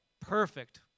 Perfect